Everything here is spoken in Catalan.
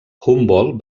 humboldt